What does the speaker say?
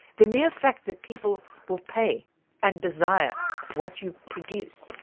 the mere fact that people will pay and desire what you produce,